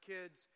Kids